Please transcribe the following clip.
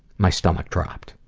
my stomach dropped.